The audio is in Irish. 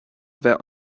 bheith